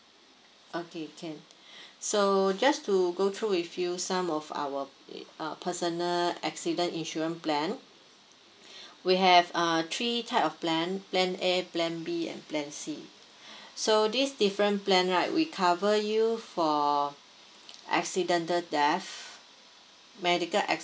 okay can so just to go through with you some of our eh uh personal accident insurance plan we have uh three type of plan plan A plan B and plan C so these different plan right we cover you for accidental death medical